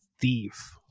thief